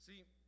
See